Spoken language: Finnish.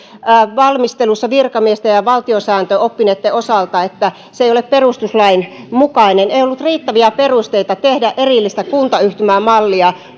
valmistelussa virkamiesten ja ja valtiosääntöoppineitten osalta että se ei ole perustuslain mukainen ei ollut riittäviä perusteita tehdä erillistä kuntayhtymämallia